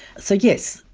so yes,